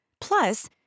Plus